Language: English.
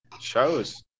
shows